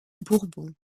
bourbon